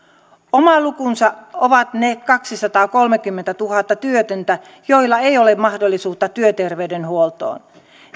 oma lukunsa ovat ne kaksisataakolmekymmentätuhatta työtöntä joilla ei ole mahdollisuutta työterveydenhuoltoon